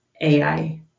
AI